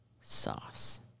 sauce